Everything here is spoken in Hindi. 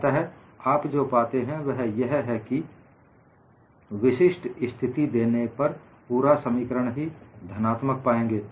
अतः आप जो पाते हैं वह यह है कि विशिष्ट स्थिति देने पर पूरा समीकरण ही धनात्मक पाएंगे